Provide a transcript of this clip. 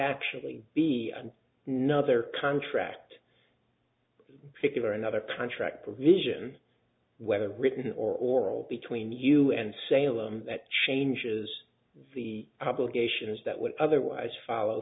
actually be nother contract particular another contract provision whether written or oral between you and salem that changes the obligations that would otherwise follow